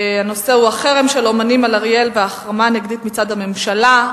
והוא: החרם של אמנים על אריאל וההחרמה הנגדית מצד הממשלה,